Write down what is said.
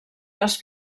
les